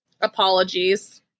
Apologies